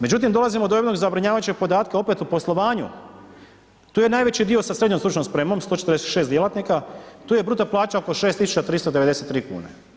Međutim, dolazimo do jednog zabrinjavajućeg podatka opet u poslovanju, tu je najveći dio sa srednjom stručnom spremom 146 djelatnika, tu je bruto plaća oko 6.393 kune.